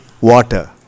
water